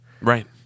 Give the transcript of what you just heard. right